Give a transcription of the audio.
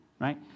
right